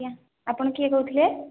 ଆଜ୍ଞା ଆପଣ କିଏ କହୁଥିଲେ